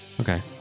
Okay